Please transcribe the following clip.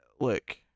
Look